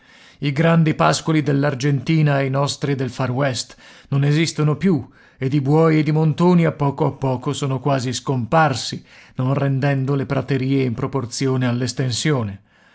i grandi pascoli dell'argentina e i nostri del far west non esistono più ed i buoi ed i montoni a poco a poco sono quasi scomparsi non rendendo le praterie in proporzione